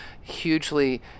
hugely